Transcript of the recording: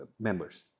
members